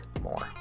more